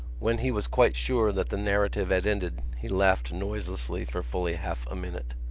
when he was quite sure that the narrative had ended he laughed noiselessly for fully half a minute.